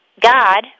God